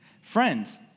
Friends